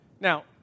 Now